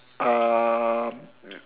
uh